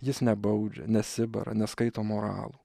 jis nebaudžia nesibara neskaito moralų